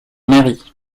mary